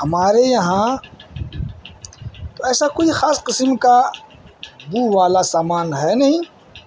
ہمارے یہاں تو ایسا کوئی خاص قسم کا بو والا سامان ہے نہیں